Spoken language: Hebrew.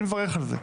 אני מברך על זה,